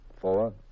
four